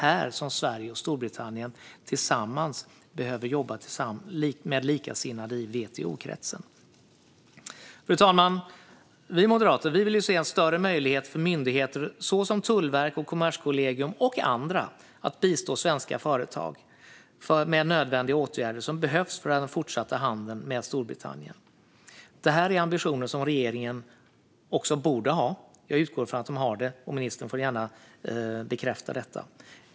Här behöver Sverige och Storbritannien jobba tillsammans med likasinnade i WTO-kretsen. Fru talman! Vi moderater vill se en större möjlighet för myndigheter som Tullverket, Kommerskollegium och andra att bistå svenska företag med nödvändiga åtgärder för den fortsatta handeln med Storbritannien. Detta är ambitioner som också regeringen borde ha. Jag utgår från att man har det, och ministern får gärna bekräfta detta.